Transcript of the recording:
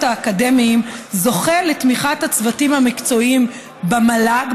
האקדמיים זוכה לתמיכת הצוותים המקצועיים במל"ג,